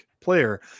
player